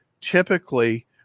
typically